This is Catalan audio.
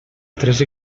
tres